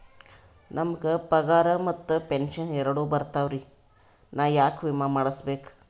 ನಮ್ ಗ ಪಗಾರ ಮತ್ತ ಪೆಂಶನ್ ಎರಡೂ ಬರ್ತಾವರಿ, ನಾ ಯಾಕ ವಿಮಾ ಮಾಡಸ್ಬೇಕ?